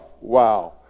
Wow